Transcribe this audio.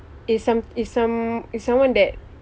if some if some if someone that